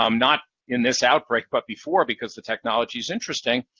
um not in this outbreak but before, because the technology is interesting.